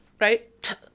Right